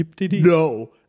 No